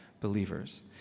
believers